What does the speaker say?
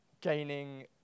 gaining